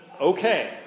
okay